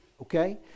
Okay